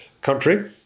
country